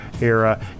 era